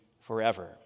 forever